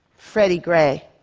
freddie gray.